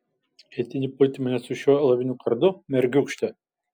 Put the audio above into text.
ketini pulti mane su šiuo alaviniu kardu mergiūkšte